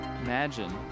Imagine